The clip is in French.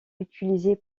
utiliser